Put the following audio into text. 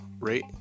rate